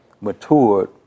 matured